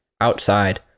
outside